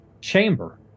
chamber